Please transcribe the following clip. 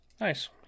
Nice